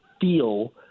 feel